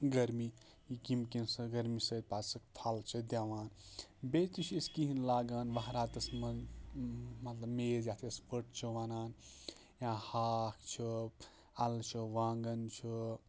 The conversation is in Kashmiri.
گرمی ییٚمہِ کِنۍ سُہ گرمی سۭتۍ پتہٕ سُہ پھل چھِ دِوان بیٚیہِ تہِ چھِ أسۍ کہیٖنۍ لاگان وہراتس منٛز مطلب میز یتھ أسۍ پٔٹ چھِ ونان یا ہاکھ چھُ الہٕ چھُ وانٛگن چھُ